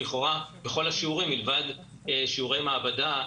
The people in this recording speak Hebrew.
לכאורה בכל השיעורים מלבד שיעורי מעבדה,